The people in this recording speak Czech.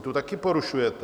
Tu také porušujete.